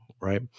right